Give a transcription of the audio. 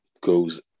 goes